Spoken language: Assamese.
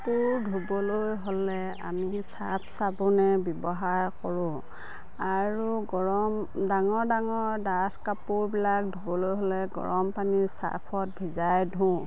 কাপোৰ ধুবলৈ হ'লে আমি চাৰ্ফ চাবোনেই ব্যৱহাৰ কৰোঁ আৰু গৰম ডাঙৰ ডাঙৰ ডাঠ কাপোৰবিলাক ধুবলৈ হ'লে গৰম পানী চাৰ্ফত ভিজাই ধোওঁ